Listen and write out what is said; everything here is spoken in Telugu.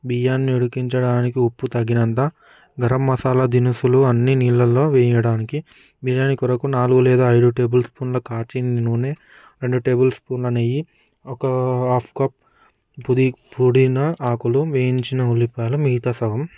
బియ్యాన్ని ఉడికించడానికి ఉప్పు తగినంత గరం మసాలా దినుసులు అన్ని నీలల్లో వేయటానికి బిర్యానీ కొరకు నాలుగు లేదా ఐదు టీ స్పూన్ల కాచిన నూనె రెండు టీ స్పూన్ల నెయ్యి ఒక్కొక్క కప్పు పుదీ పుదీనా ఆకులు వేయించిన ఉల్లిపాయలు మిగతా సగం